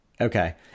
Okay